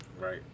Right